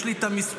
יש לי את המספרים.